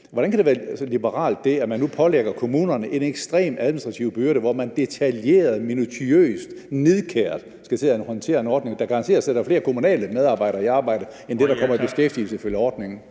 Hvordan kan det være liberalt, at man nu pålægger kommunerne en ekstrem administrativ byrde, hvor man detaljeret og minutiøst og nidkært skal håndtere en ordning, der garanteret sætter flere kommunale medarbejdere i arbejde end dem, der kommer i beskæftigelse ifølge ordningen?